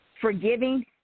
forgiving